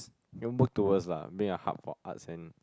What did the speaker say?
can work towards lah being a hub for arts and